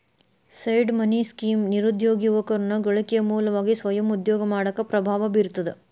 seed money scheme ನಿರುದ್ಯೋಗಿ ಯುವಕರನ್ನ ಗಳಿಕೆಯ ಮೂಲವಾಗಿ ಸ್ವಯಂ ಉದ್ಯೋಗ ಮಾಡಾಕ ಪ್ರಭಾವ ಬೇರ್ತದ